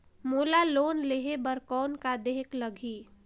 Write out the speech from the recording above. मोला लोन लेहे बर कौन का देहेक लगही?